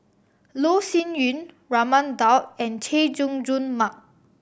Loh Sin Yun Raman Daud and Chay Jung Jun Mark